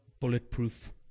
Bulletproof